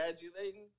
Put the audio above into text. congratulating